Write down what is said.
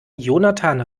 jonathan